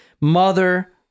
mother